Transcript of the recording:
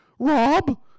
Rob